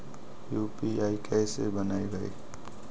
UPI कैसे बनइबै?